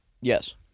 Yes